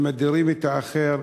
ממדרים את האחר,